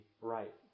right